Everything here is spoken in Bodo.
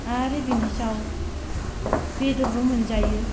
आरो बिनि सायाव बेदरबो मोनजायो